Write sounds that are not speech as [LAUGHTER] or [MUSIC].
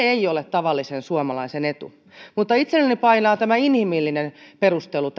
[UNINTELLIGIBLE] ei ole tavallisen suomalaisen etu mutta itselleni tässä painaa paljon myös tämä inhimillinen perustelu [UNINTELLIGIBLE]